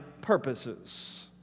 purposes